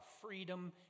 freedom